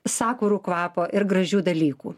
sakurų kvapo ir gražių dalykų